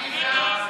מי נגד?